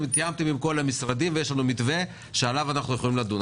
עם כל המשרדים ויהיה לנו מתווה שעליו נוכל לדון.